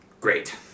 Great